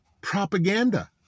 propaganda